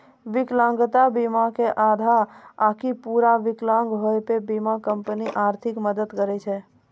विकलांगता बीमा मे आधा आकि पूरा विकलांग होय पे बीमा कंपनी आर्थिक मदद करै छै